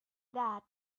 that